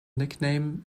nickname